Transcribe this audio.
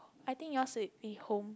I think yours would be home